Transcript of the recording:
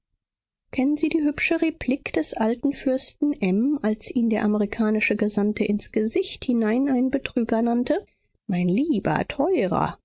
kennen sie die hübsche replik des alten fürsten m als ihn der amerikanische gesandte ins gesicht hinein einen betrüger nannte mein lieber teurer